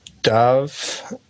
Dove